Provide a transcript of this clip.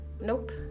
nope